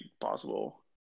possible